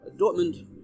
Dortmund